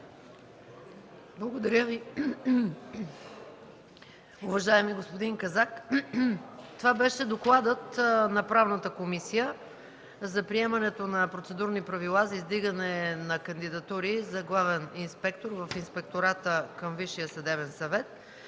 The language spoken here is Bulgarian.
Благодаря Ви, уважаеми господин Казак. Това беше докладът на Правната комисия за приемането на процедурни правила за издигане на кандидатури за главен инспектор в Инспектората към